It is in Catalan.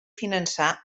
finançar